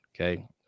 okay